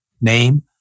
name